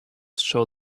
show